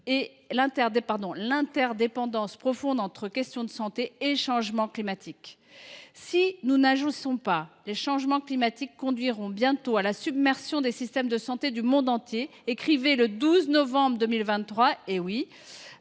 l’interdépendance profonde entre questions de santé et changements climatiques. Si nous n’agissons pas, les changements climatiques conduiront bientôt à la submersion des systèmes de santé du monde entier, écrivaient dans, le 12 novembre 2023, le